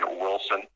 Wilson